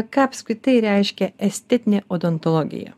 ką apskritai reiškia estetinė odontologija